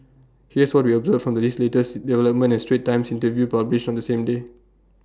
here's what we observed from this latest development and straits times interview published on the same day